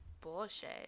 bullshit